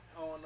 on